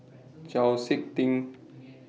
Chau Sik Ting